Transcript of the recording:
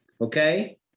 okay